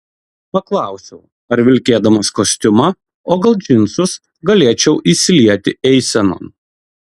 paklausiau ar vilkėdamas kostiumą o gal džinsus galėčiau įsilieti eisenon